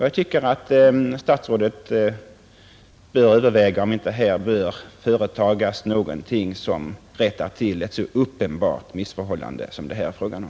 Jag tycker att statsrådet skall överväga om det inte bör göras någonting som rättar till ett sådant uppenbart missförhållande som det här är fråga om.